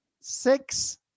six